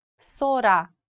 sora